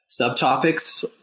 subtopics